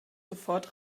sofort